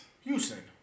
Houston